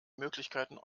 möglichkeiten